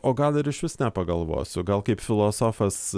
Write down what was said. o gal ir iš vis nepagalvosiu gal kaip filosofas